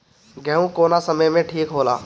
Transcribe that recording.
गेहू कौना समय मे ठिक होला?